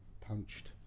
punched